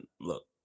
look